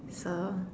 so